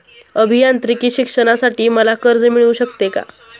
अभियांत्रिकी शिक्षणासाठी मला कर्ज मिळू शकते का?